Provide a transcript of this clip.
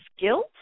guilt